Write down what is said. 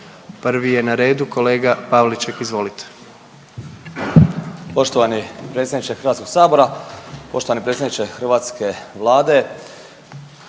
prvi je na redu kolega Pavliček. Izvolite.